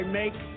make